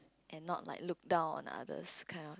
and not like look down on the others kind of